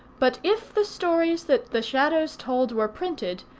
but if the stories that the shadows told were printed,